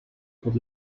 por